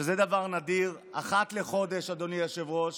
שזה דבר נדיר, אחת לחודש, אדוני היושב-ראש,